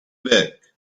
back